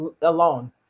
alone